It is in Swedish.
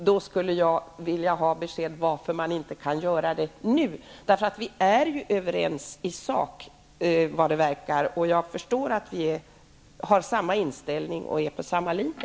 Varför går det inte att göra något nu? Det verkar som om att vi är överens i sak. Jag förstår att vi har samma inställning och är inne på samma linje.